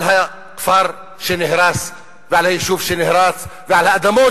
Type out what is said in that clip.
על הכפר שנהרס ועל היישוב שנהרס ועל האדמות